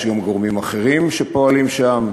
ויש גורמים אחרים שפועלים שם,